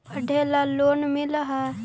पढ़े ला लोन मिल है?